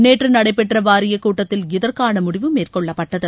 நேற்று நடைபெற்ற வாரிய கூட்டத்தில் இதற்கான முடிவு மேற்கொள்ளப்பட்டது